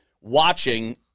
watching